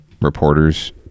reporters